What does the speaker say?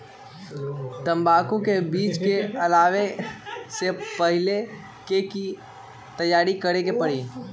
तंबाकू के बीज के लगाबे से पहिले के की तैयारी करे के परी?